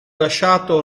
lasciato